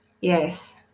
yes